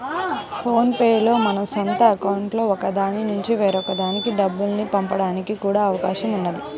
phone pay లో మన సొంత అకౌంట్లలో ఒక దాని నుంచి మరొక దానికి డబ్బుల్ని పంపడానికి కూడా అవకాశం ఉన్నది